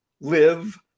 live